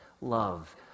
love